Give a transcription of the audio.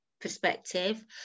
perspective